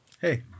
Hey